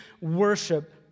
worship